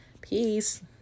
Peace